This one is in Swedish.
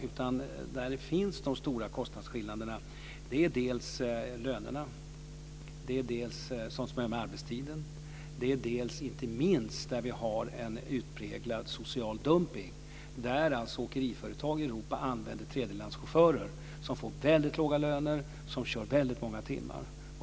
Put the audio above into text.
Där det finns stora kostnadsskillnader beror de dels på lönerna, dels på arbetstiden och dels, inte minst, på en utpräglad social dumpning: Åkeriföretag i Europa använder tredjelandschaufförer som får väldigt låga löner och kör väldigt många timmar.